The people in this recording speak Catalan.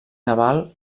naval